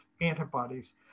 antibodies